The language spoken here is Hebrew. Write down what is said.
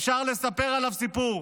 אפשר לספר עליו סיפור,